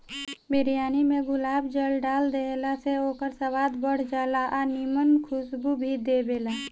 बिरयानी में गुलाब जल डाल देहला से ओकर स्वाद बढ़ जाला आ निमन खुशबू भी देबेला